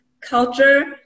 culture